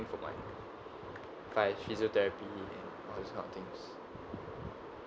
for my physiotherapy and all this kind of things